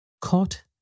Caught